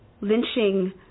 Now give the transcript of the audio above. Lynching